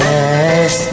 Yes